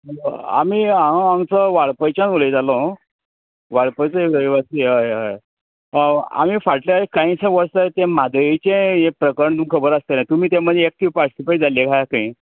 आमी हांव हांगचो वाळपयच्यान उलयतालों वाळपयचो रहिवासी हय हय हय आमी फाटल्या काहीसे वर्सां त्या म्हादयेचें प्रकरण तुमकां खबर आसतलें तुमी त्या टायमार एक्टीव पार्टिसीपेट जाल्ले आसा खंय